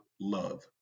love